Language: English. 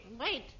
Wait